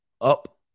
up